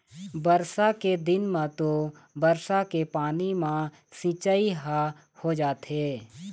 बरसा के दिन म तो बरसा के पानी म सिंचई ह हो जाथे